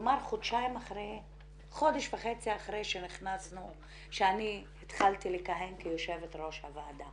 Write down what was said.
כלומר חודש וחצי אחרי שאני התחלתי לכהן כיושבת ראש הוועדה